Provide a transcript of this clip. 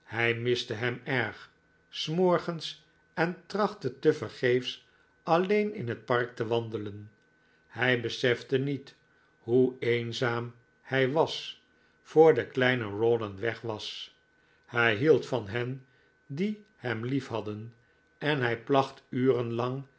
hij miste hem erg s morgens en trachtte tevergeefs alleen in het park te wandelen hij besefte niet hoe eenzaam hij was voor de kleine rawdon weg was hij hield van hen die hem lief hadden en hij placht